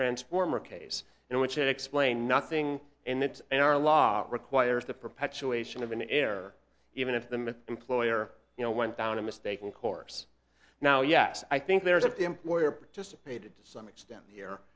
transformer case in which i explained nothing and it's in our law requires the perpetuation of an air even if the employer you know went down a mistake of course now yes i think there is if the employer participated to some extent here